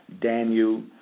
Daniel